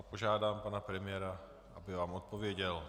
Požádám pana premiéra, aby vám odpověděl.